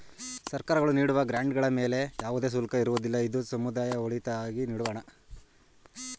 ಸರ್ಕಾರಗಳು ನೀಡುವ ಗ್ರಾಂಡ್ ಗಳ ಮೇಲೆ ಯಾವುದೇ ಶುಲ್ಕ ಇರುವುದಿಲ್ಲ, ಇದು ಸಮುದಾಯದ ಒಳಿತಿಗಾಗಿ ನೀಡುವ ಹಣ